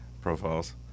profiles